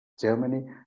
Germany